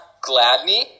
Gladney